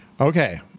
okay